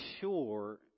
sure